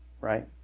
right